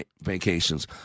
vacations